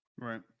Right